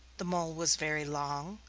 the mole was very long,